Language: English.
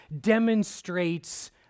demonstrates